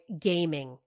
gaming